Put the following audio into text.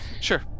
Sure